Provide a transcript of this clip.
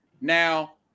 now